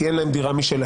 כי אין להם דירה משלהם,